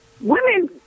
women